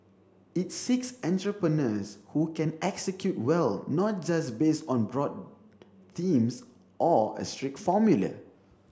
it seeks entrepreneurs who can execute well not just based on broad themes or a strict formula